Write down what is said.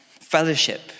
fellowship